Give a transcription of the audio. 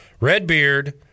Redbeard